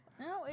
No